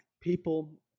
people